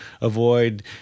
avoid